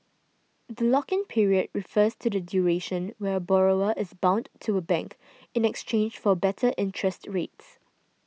the lock in period refers to the duration where a borrower is bound to a bank in exchange for better interest rates